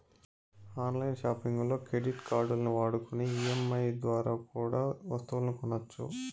on line సాపింగుల్లో credit కార్డుల్ని వాడుకొని ఈ.ఎం.ఐ దోరా కూడా ఒస్తువులు కొనొచ్చు